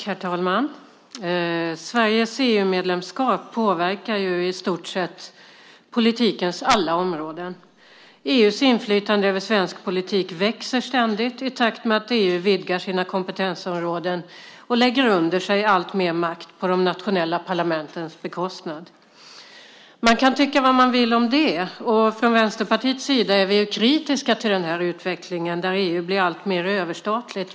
Herr talman! Sveriges EU-medlemskap påverkar i stort sett politikens alla områden. EU:s inflytande över svensk politik växer ständigt i takt med att EU vidgar sina kompetensområden och lägger under sig alltmer makt på de nationella parlamentens bekostnad. Man kan tycka vad man vill om det. Från Vänsterpartiets sida är vi kritiska till utvecklingen att EU blir alltmer överstatligt.